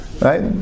right